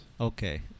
Okay